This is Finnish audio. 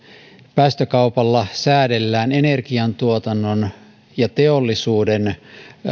päästökaupalla säädellään energiantuotannon ja teollisuuden